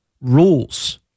Rules